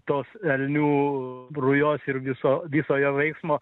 tos elnių rujos ir viso viso jo veiksmo